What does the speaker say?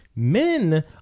men